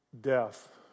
death